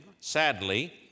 sadly